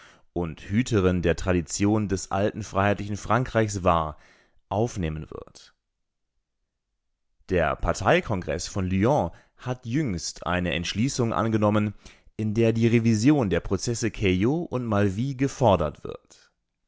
und hüterin der traditionen des alten freiheitlichen frankreichs war aufnehmen wird der parteikongreß von lyon hat jüngst eine entschließung angenommen in der die revision der prozesse caillaux und malvy gefordert wird